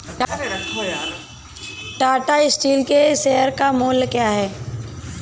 Tata steel के share का मूल्य क्या है?